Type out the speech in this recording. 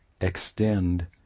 extend